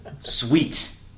Sweet